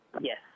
Yes